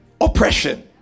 oppression